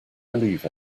believe